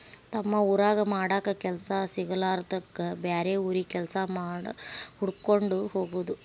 ತಮ್ಮ ಊರಾಗ ಮಾಡಾಕ ಕೆಲಸಾ ಸಿಗಲಾರದ್ದಕ್ಕ ಬ್ಯಾರೆ ಊರಿಗೆ ಕೆಲಸಾ ಹುಡಕ್ಕೊಂಡ ಹೊಗುದು